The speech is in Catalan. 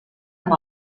amb